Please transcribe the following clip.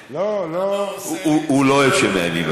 הוא לא אוהב שמאיימים עליו.